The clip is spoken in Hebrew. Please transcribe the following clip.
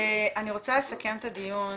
אני רוצה לסכם את הדיון